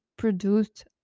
produced